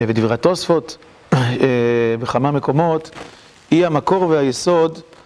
ודברי התוספות בכמה מקומות היא המקור והיסוד